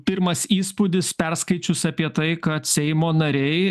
pirmas įspūdis perskaičius apie tai kad seimo nariai